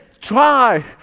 try